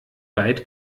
weit